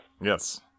Yes